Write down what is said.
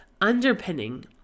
underpinning